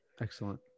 Excellent